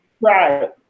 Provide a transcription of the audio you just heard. right